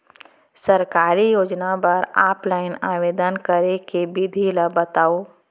सरकारी योजना बर ऑफलाइन आवेदन करे के विधि ला बतावव